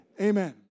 Amen